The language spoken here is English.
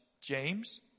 James